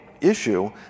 issue